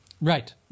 Right